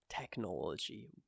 technology